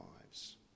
lives